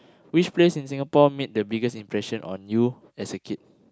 which place in Singapore made the biggest impression on you as a kid